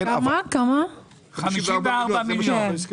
זה נמצא